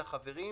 אגב,